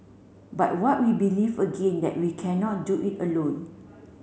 but what we believe again that we cannot do it alone